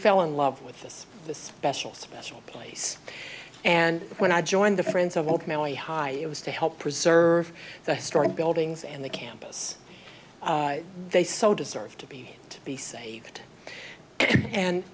fell in love with this this special special place and when i joined the friends of kelley high it was to help preserve the historic buildings and the campus they so deserve to be to be saved